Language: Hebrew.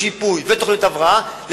שיפוי ותוכניות הבראה,